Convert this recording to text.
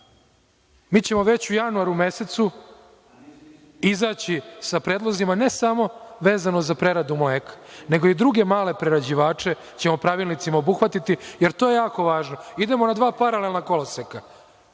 Mi ćemo već u januaru mesecu izaći sa predlozima ne samo vezano za preradu mleka, nego i druge male prerađivače ćemo pravilnicima obuhvatiti, jer to je jako važno. Idemo na dva paralelna koloseka.